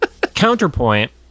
Counterpoint